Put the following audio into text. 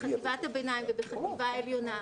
בחטיבת הביניים ובחטיבה העליונה,